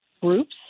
groups